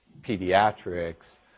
pediatrics